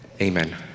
amen